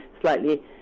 slightly